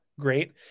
Great